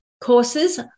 courses